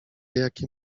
jakie